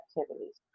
activities